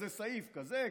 זה סעיף כזה,